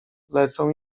lecą